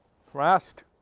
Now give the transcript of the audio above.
thrust.